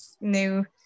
new